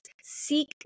seek